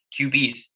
QBs